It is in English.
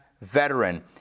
veteran